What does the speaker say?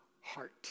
heart